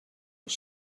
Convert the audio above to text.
was